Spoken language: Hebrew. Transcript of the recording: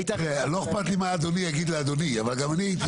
לא אכפת לי מה אדוני יגיד לאדוני אבל גם אני הייתי